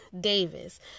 Davis